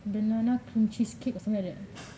banana cream cheesecake or something like that